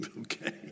Okay